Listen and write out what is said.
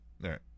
Right